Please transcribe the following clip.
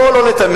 בואי לא ניתמם.